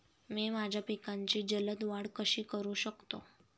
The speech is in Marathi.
मी माझ्या पिकांची जलद वाढ कशी करू शकतो?